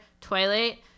Twilight